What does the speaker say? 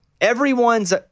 Everyone's